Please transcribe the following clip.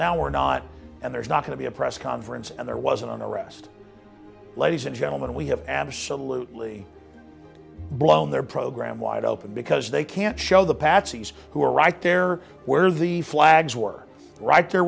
now we're not and there's not going to be a press conference and there wasn't an arrest ladies and gentlemen we have absolutely blown their program wide open because they can't show the patsies who were right there